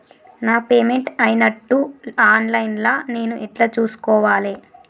నా పేమెంట్ అయినట్టు online లా నేను ఎట్ల చూస్కోవాలే?